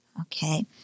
Okay